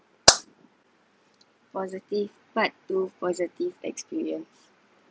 positive part two positive experience